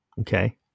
Okay